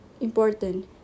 important